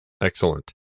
Excellent